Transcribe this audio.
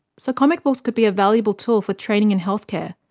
so comic books could be a valuable tool for training in healthcare,